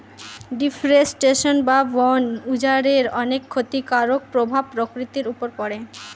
deforestation বা বন উজাড়ের অনেক ক্ষতিকারক প্রভাব প্রকৃতির উপর পড়ে